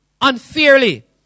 unfairly